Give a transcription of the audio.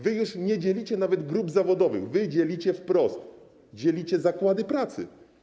Wy już nie dzielicie nawet grup zawodowych, wy dzielicie wprost, dzielicie zakłady pracy.